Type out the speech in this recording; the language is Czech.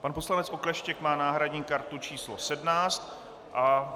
Pan poslanec Okleštěk má náhradní kartu číslo 17.